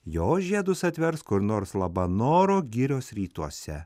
jos žiedus atvers kur nors labanoro girios rytuose